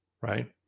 right